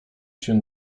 się